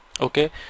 okay